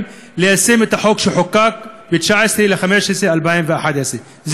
ליישם את החוק שחוקק ב-19 בנובמבר 2015. תודה.